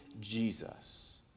Jesus